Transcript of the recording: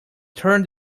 turned